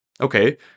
Okay